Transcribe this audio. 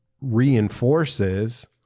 reinforces